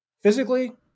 Physically